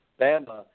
Bama